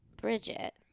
Bridget